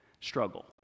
struggle